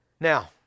Now